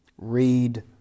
Read